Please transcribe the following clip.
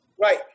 right